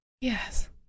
Yes